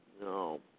No